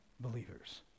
believers